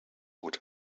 would